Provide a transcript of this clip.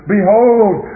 Behold